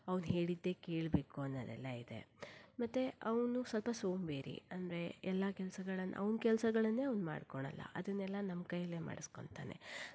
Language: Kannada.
ಅವನು ಹೇಳಿದ್ದೇ ಕೇಳಬೇಕು ಅನ್ನೋದೆಲ್ಲ ಇದೆ ಮತ್ತು ಅವನು ಸ್ವಲ್ಪ ಸೋಂಬೇರಿ ಅಂದರೆ ಎಲ್ಲ ಕೆಲಸಗಳನ್ನು ಅವನ ಕೆಲಸಗಳನ್ನೇ ಅವನು ಮಾಡ್ಕೊಳ್ಳಲ್ಲ ಅದನ್ನೆಲ್ಲ ನಮ್ಮ ಕೈಯಲ್ಲೇ ಮಾಡಿಸ್ಕೋತಾನೆ